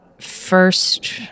first